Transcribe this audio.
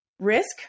risk